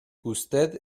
usted